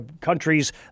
countries